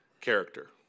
character